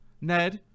Ned